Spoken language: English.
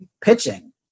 pitching